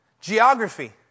Geography